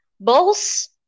balls